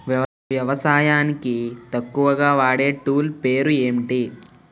వ్యవసాయానికి ఎక్కువుగా వాడే టూల్ పేరు ఏంటి?